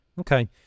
Okay